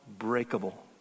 unbreakable